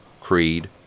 creed